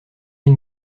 une